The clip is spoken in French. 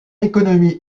économie